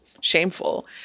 shameful